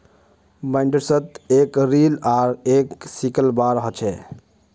बाइंडर्सत एक रील आर एक सिकल बार ह छे